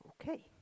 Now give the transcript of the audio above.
Okay